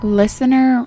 listener